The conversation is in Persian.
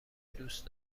دوست